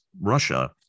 Russia